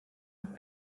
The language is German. noch